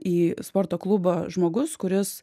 į sporto klubą žmogus kuris